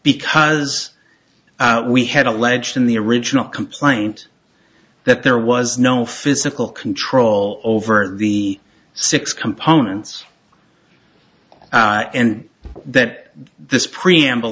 because we had alleged in the original complaint that there was no physical control over the six components and that this preamble